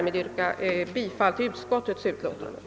Jag yrkar bifall till utskottets hemställan.